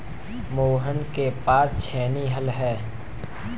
मोहन के पास छेनी हल है